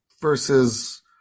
versus